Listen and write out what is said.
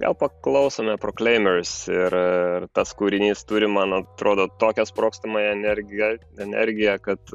gal paklausome prokleiners ir tas kūrinys turi man atrodo tokią sprogstamąją energiją energiją kad